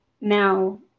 now